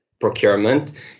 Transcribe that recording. procurement